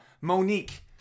monique